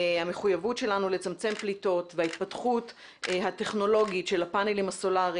המחויבות שלנו לצמצם פליטות וההתפתחות הטכנולוגית של הפאנלים הסולרים